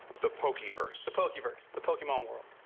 the pokeverse? the pokeverse. the pokemon world.